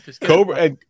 Cobra